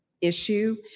issue